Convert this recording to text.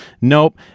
Nope